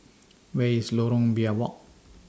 Where IS Lorong Biawak